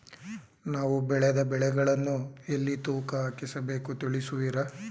ನಾವು ಬೆಳೆದ ಬೆಳೆಗಳನ್ನು ಎಲ್ಲಿ ತೂಕ ಹಾಕಿಸ ಬೇಕು ತಿಳಿಸುವಿರಾ?